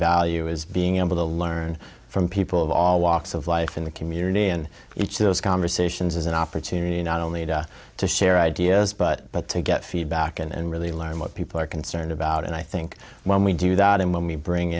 value is being able to learn from people of all walks of life in the community in each of those conversations as an opportunity not only to share ideas but but to get feedback and really learn what people are concerned about and i think when we do that and when we bring